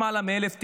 למעלה מאלף טילים,